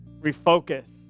refocus